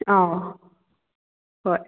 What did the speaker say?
ꯑꯥꯎ ꯍꯣꯏ